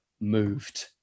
moved